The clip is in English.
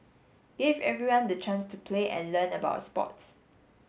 gave everyone the chance to play and learn about sports